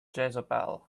jezebel